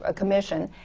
ah commission,